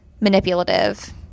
manipulative